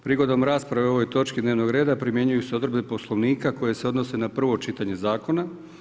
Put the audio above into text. Prigodom rasprave o ovoj točki dnevnog reda primjenjuju se odredbe Poslovnika koje se odnose na prvo čitanje zakona.